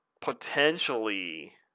potentially